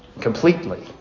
completely